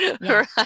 right